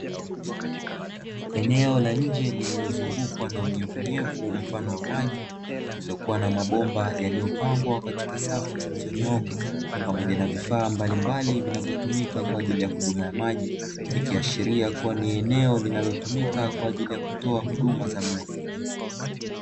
Eneo la nje lililozungukwa na unyevunyevu mfano wa maji iliyokuwa na mabomba yaliyopangwa katika safu zilizonyooka pamoja na vifaa mbalimbali vinavyo tumika kwajili ya huduma ya maji, ikiashiria kuwa ni eneo linalotumika kwajili ya kutoa huduma za maji.